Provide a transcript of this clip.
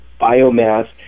biomass